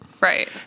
Right